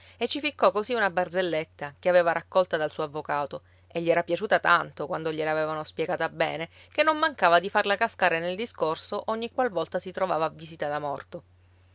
e ci ficcò così una barzelletta che aveva raccolta dal suo avvocato e gli era piaciuta tanto quando gliel'avevano spiegata bene che non mancava di farla cascare nel discorso ogniqualvolta si trovava a visita da morto